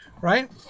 Right